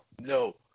No